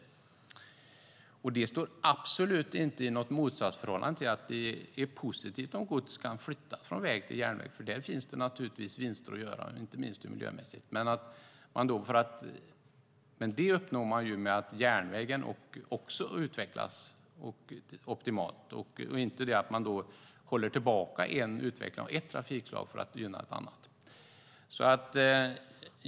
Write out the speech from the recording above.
Det står absolut inte i något motsatsförhållande till att det är positivt om gods kan flyttas från väg till järnväg, för där finns det naturligtvis vinster att göra, inte minst miljömässigt. Men det uppnår man genom att järnvägen också utvecklas optimalt, inte genom att hålla tillbaka utvecklingen av ett trafikslag för att gynna ett annat.